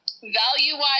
Value-wise